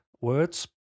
words